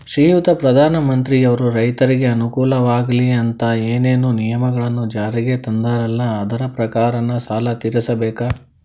ಶ್ರೀಯುತ ಪ್ರಧಾನಮಂತ್ರಿಯವರು ರೈತರಿಗೆ ಅನುಕೂಲವಾಗಲಿ ಅಂತ ಏನೇನು ನಿಯಮಗಳನ್ನು ಜಾರಿಗೆ ತಂದಾರಲ್ಲ ಅದರ ಪ್ರಕಾರನ ಸಾಲ ತೀರಿಸಬೇಕಾ?